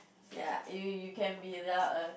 ya you you you can be there err